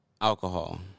alcohol